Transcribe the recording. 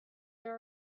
there